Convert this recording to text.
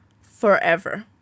forever